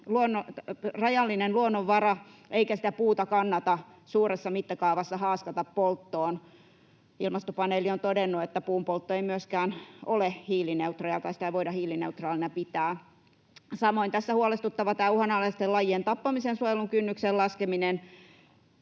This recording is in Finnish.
rajallinen luonnonvara, eikä sitä puuta kannata suuressa mittakaavassa haaskata polttoon. Ilmastopaneeli on todennut, että puunpoltto ei myöskään ole hiilineutraalia, joten sitä ei voida hiilineutraalina pitää. Samoin tässä on huolestuttavaa tämä uhanalaisten lajien tappamisen ja suojelun kynnyksen laskeminen,